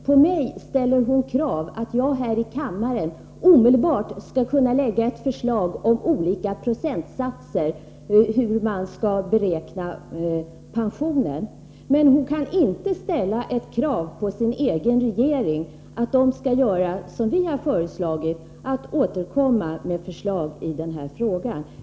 På mig ställer hon kravet att jag här i kammaren omedelbart skall kunna framlägga ett förslag om hur man skall beräkna pensionen med olika procentsatser, men hon kan inte ställa krav på sin egen regering att den, som vi har föreslagit, skall återkomma med ett förslag i den här frågan.